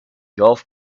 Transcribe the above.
golf